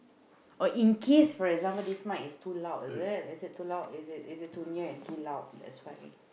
or in keys for example this mic is too loud is it is it too loud is it is it too near and too loud that's fine